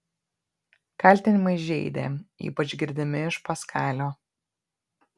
kaltinimai žeidė ypač girdimi iš paskalio